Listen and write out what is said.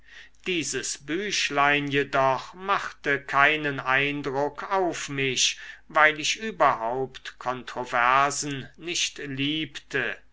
dieses büchlein jedoch machte keinen eindruck auf mich weil ich überhaupt kontroversen nicht liebte